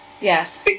yes